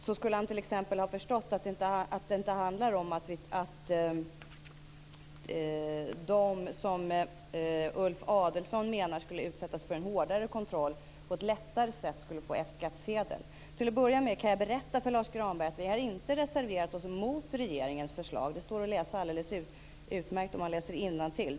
Då skulle han t.ex. ha förstått att det inte handlar om att det skulle bli lättare för de personer som Ulf Adelsohn menar skulle utsättas för en hårdare kontroll att få F skattsedel. Till att börja med kan jag berätta för Lars Granberg att vi inte har reserverat oss mot regeringens förslag. Det går alldeles utmärkt att läsa innantill.